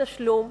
בתשלום.